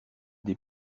des